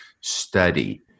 study